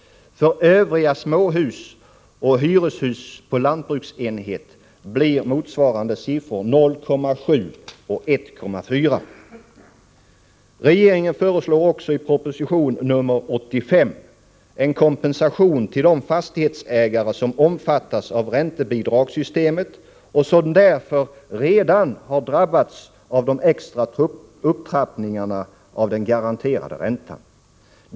För övriga småhus och hyreshus på lantbruksenheter blir motsvarande siffror 0,7 och 1,4. Regeringen föreslår också i proposition nr 85 en kompensation till de fastighetsägare som omfattas av räntebidragssystemet och som därför redan drabbats av de extra upptrappningarna av den garanterade räntan.